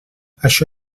això